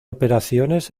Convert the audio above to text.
operaciones